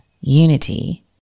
unity